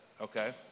Okay